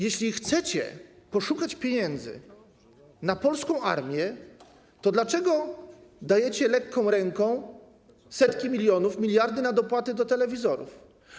Jeśli chcecie poszukać pieniędzy na polską armię, to dlaczego dajecie lekką ręką setki milionów, miliardy na dopłaty do telewizorów?